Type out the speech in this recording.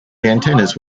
antennas